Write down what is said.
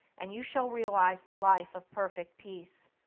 and you shall realize the life of perfect peace.